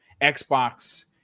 Xbox